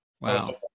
Wow